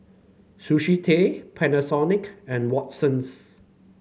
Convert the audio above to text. Sushi Tei Panasonic and Watsons